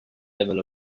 level